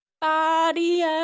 Body